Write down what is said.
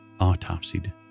autopsied